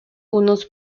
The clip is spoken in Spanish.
unos